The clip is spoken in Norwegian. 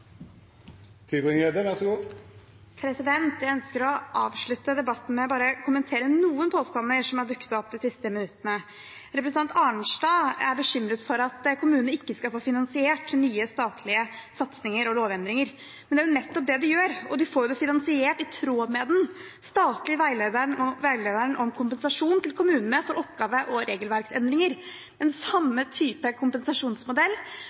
bekymret for at kommunene ikke skal få finansiert nye statlige satsinger og lovendringer, men det er jo nettopp det de gjør. De får det finansiert i tråd med den statlige veilederen om kompensasjon til kommunene for oppgave- og regelverksendringer – den samme type kompensasjonsmodell